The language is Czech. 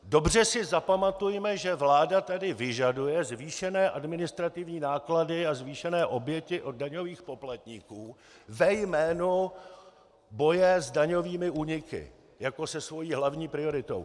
Dobře si zapamatujme, že vláda tady vyžaduje zvýšené administrativní náklady a zvýšené oběti od daňových poplatníků ve jménu boje s daňovými úniky jako se svou hlavní prioritou.